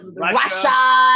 Russia